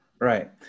right